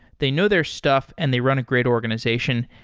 they know their stuff and they run a great organization.